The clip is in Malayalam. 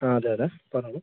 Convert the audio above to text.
ആ അതെയതെ പറഞ്ഞോളൂ